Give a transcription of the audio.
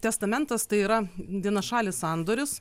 testamentas tai yra vienašalis sandoris